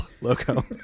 logo